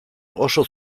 oso